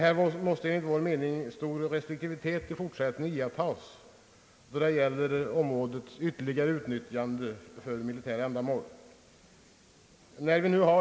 Här måste enligt vår mening en stor restriktivitet i fortsättningen iakttas när det gäller områdets ytterligare utnyttjande för militära ändamål.